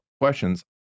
questions